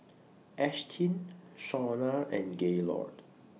Ashtyn Shauna and Gaylord